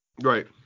Right